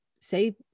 say